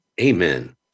Amen